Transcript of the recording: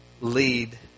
lead